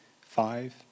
five